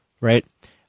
right